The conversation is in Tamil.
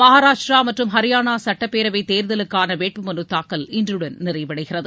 மகாராஷ்ட்ரா மற்றும் ஹரியானா சட்டப்பேரவை தேர்தலுக்கான வேட்பு மலுத்தாக்கல் இன்றுடன் நிறைவடைகிறது